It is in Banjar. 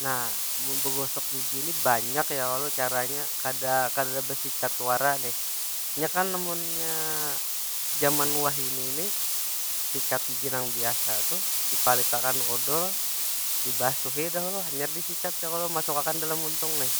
Nah, amun bagosok gigi ni banyak ya kalo caranya. Kada, kada besikat wara kaytu. Nya kan amunnya jaman wahini nih sikat gigi nang biasa tu, dipalitakan odol dibasuhi dah lo hanyar disikat ya kalo. Dimasuk akan dalam muntung nih.